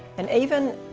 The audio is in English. and even,